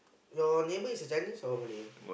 your neighbor is a Chinese or Malay